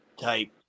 type